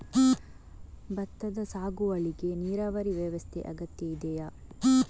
ಭತ್ತದ ಸಾಗುವಳಿಗೆ ನೀರಾವರಿ ವ್ಯವಸ್ಥೆ ಅಗತ್ಯ ಇದೆಯಾ?